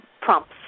prompts